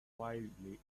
wildly